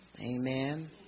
Amen